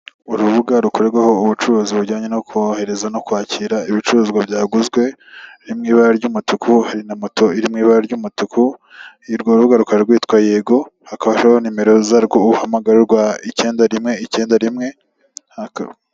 Urubuga rukorerwaho ubucuruzi bujyanye no kohereza no kwakira ibicuruzwa byaguzwe iri mu ibara ry'umutuku , hari na moto iri mu ibara ry'umutuku urwo urubuga rukaba rwitwa Yego. Hakaba hariho na nimero zarwo uhamagarwa icyenda rimwe icyenda rimwe hakaba.